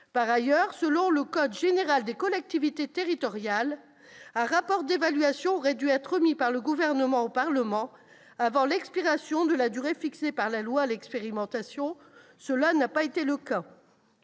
Par ailleurs, selon le code général des collectivités territoriales, un rapport d'évaluation aurait dû être remis par le Gouvernement au Parlement avant l'expiration de la durée fixée par la loi pour l'expérimentation, ce qui n'a pas été fait.